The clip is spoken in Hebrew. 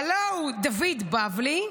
הלוא הוא דוד בבלי,